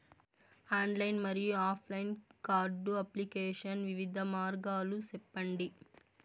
Online మరియు offline card application వివిధ మార్గాలు సెప్పండి?